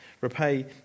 repay